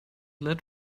let